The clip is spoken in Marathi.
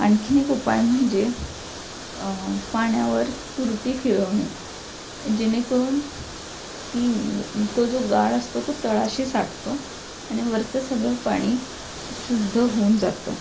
आणखी एक उपाय म्हणजे पाण्यावर तुरटी फिरवणे जेणेकरून ती तो जो गाळ असतो तो तळाशी साठतो आणि वरचं सगळं पाणी शुद्ध होऊन जातं